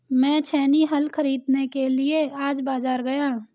मैं छेनी हल खरीदने के लिए आज बाजार गया